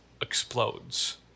explodes